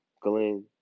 glenn